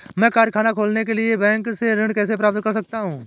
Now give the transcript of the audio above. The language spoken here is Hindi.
मैं कारखाना खोलने के लिए बैंक से ऋण कैसे प्राप्त कर सकता हूँ?